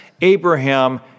Abraham